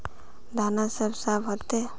दाना सब साफ होते?